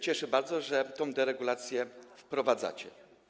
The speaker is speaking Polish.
cieszy bardzo, że tę deregulację wprowadzacie.